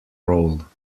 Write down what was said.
role